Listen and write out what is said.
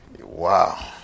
Wow